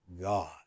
God